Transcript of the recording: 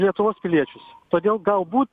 lietuvos piliečius todėl galbūt